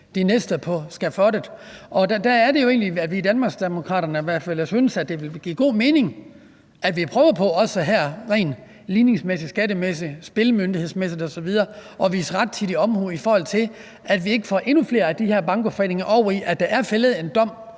de næste på skafottet. Der er det jo, at vi i hvert fald i Danmarksdemokraterne synes, at det ville give god mening, at vi her prøver på, også rent ligningsmæssigt, skattemæssigt, spilmyndighedsmæssigt osv., at vise rettidig omhu, i forhold til at vi ikke får endnu flere af de her bankoforeninger ud i, at der bliver fældet dom